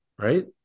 right